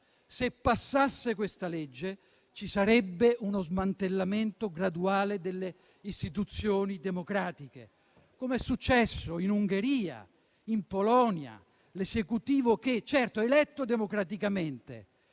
Se passasse questa legge, ci sarebbe uno smantellamento graduale delle istituzioni democratiche, com'è successo in Ungheria e in Polonia, dove l'Esecutivo - certo, eletto democraticamente